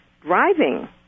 driving